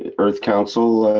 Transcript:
and earth council?